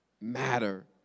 matter